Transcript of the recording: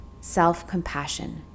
self-compassion